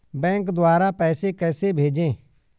Bank द्वारा पैसे कैसे भेजें?